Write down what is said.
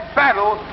battle